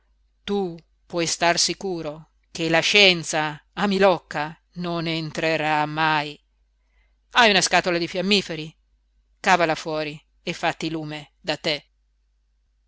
tu puoi star sicuro che la scienza a milocca non entrerà mai hai una scatola di fiammiferi cavala fuori e fatti lume da te